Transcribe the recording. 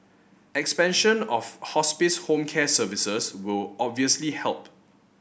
expansion of hospice home care services will obviously help